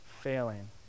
failing